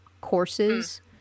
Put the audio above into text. courses